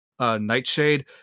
Nightshade